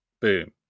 boom